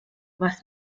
was